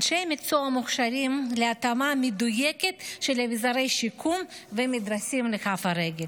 אנשי המקצוע מוכשרים להתאמה מדויקת של אביזרי שיקום ומדרסים לכף הרגל.